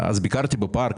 ביקרתי בפארק,